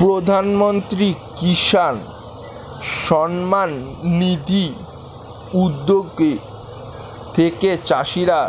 প্রধানমন্ত্রী কিষান সম্মান নিধি উদ্যোগ থেকে চাষিরা